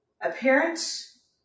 Appearance